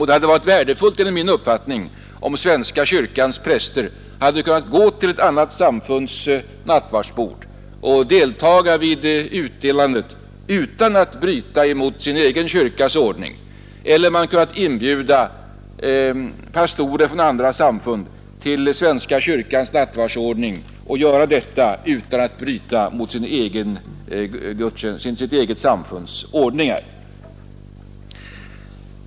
Det hade enligt min uppfattning varit värdefullt om svenska kyrkans präster hade kunnat gå till ett annat samfunds nattvardsbord och delta i utdelandet utan att bryta mot sin egen kyrkas ordning eller om man kunnat inbjuda pastorer från andra samfund till svenska kyrkans nattvardsbord och göra det utan att bryta mot sitt eget samfunds ordningar.